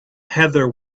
heather